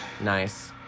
Nice